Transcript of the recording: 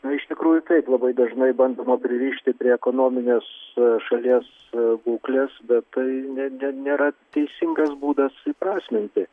nu iš tikrųjų taip labai dažnai bandoma pririšti prie ekonominės šalies būklės bet tai netgi nėra teisingas būdas įprasminti